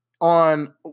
on